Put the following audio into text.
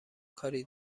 کاری